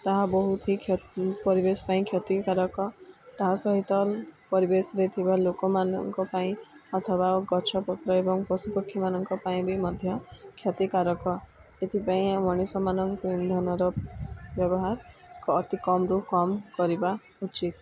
ତାହା ବହୁତ ହି କ୍ଷ ପରିବେଶ ପାଇଁ କ୍ଷତିକାରକ ତାହା ସହିତ ପରିବେଶରେ ଥିବା ଲୋକମାନଙ୍କ ପାଇଁ ଅଥବା ଗଛପତ୍ର ଏବଂ ପଶୁପକ୍ଷୀମାନଙ୍କ ପାଇଁ ବି ମଧ୍ୟ କ୍ଷତିକାରକ ଏଥିପାଇଁ ମଣିଷମାନଙ୍କ ଇନ୍ଧନର ବ୍ୟବହାର ଅତି କମ୍ ରୁ କମ୍ କରିବା ଉଚିତ